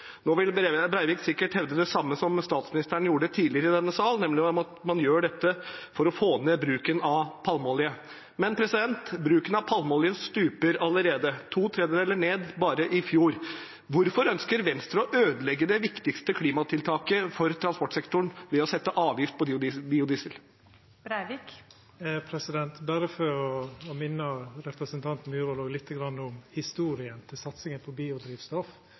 Nå vil Breivik sikkert hevde det samme som statsministeren gjorde tidligere i denne sal, nemlig at man gjør dette for å få ned bruken av palmeolje. Men bruken av palmeolje stuper allerede – to tredeler ned bare i fjor. Hvorfor ønsker Venstre å ødelegge det viktigste klimatiltaket for transportsektoren ved å legge avgift på biodiesel? Berre for å minna representanten Myhrvold lite grann om historia for satsinga på biodrivstoff: